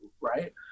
right